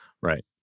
right